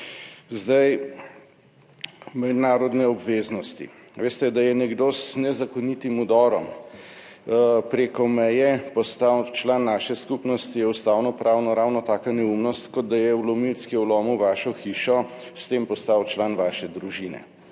Zdaj, mednarodne obveznosti, veste, da je nekdo z nezakonitim vdorom preko meje postal član naše skupnosti, je ustavno pravno ravno taka neumnost, kot da je vlomilec, ki je vlomil v vašo hišo, s tem postal član vaše družine.